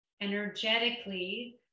energetically